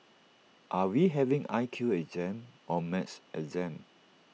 are we having I Q exam or maths exam